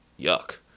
Yuck